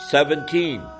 Seventeen